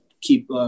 keep